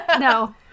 no